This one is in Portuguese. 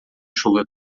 chuva